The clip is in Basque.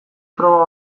proba